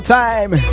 time